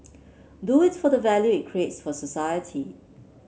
do it for the value it creates for society